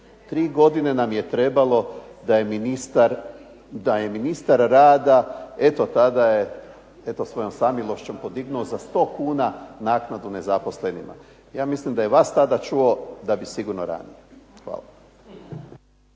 Tri godine nam je trebalo da je ministar rada, eto tada je, svojom samilošću podignuo za 100 naknadu nezaposlenima. Ja mislim da je vas tada čuo da bi sigurno ranije. Hvala.